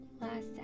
last